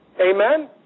amen